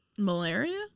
Malaria